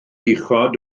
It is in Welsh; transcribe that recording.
uchod